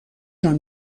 جان